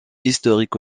historique